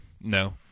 No